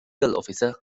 އޮފިސަރ